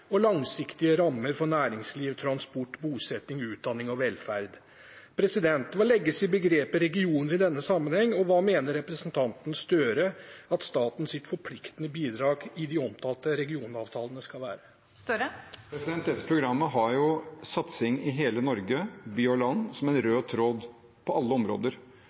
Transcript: og langsiktige rammer for næringsliv, transport, bosetting, utdanning og velferd. Hva legges i begrepet «regioner» i denne sammenheng, og hva mener representanten Gahr Støre at statens forpliktende bidrag i de omtalte regionavtalene skal være? Dette programmet har satsing i hele Norge, by og land, som en rød tråd på alle områder.